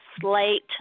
slate